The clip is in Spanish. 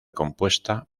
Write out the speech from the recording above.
compuesta